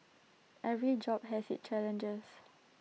every job has its challenges